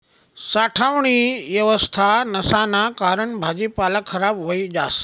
साठावानी येवस्था नसाना कारण भाजीपाला खराब व्हयी जास